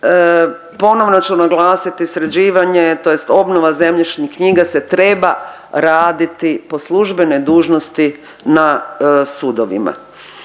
ponovno ću naglasiti sređivanje tj. obnova zemljišnih knjiga se treba raditi po službenoj dužnosti na sudovima.